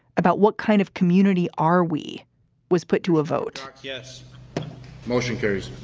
about what kind of community are we was put to a vote. yes motion carries.